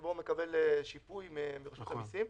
שבו הוא מקבל שיפוי מרשות המסים.